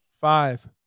Five